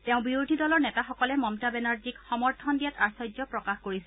তেওঁ বিৰোধী দলৰ নেতাসকলে মমতা বেনাৰ্জীক সমৰ্থন দিয়াত আশ্চৰ্য প্ৰকাশ কৰিছে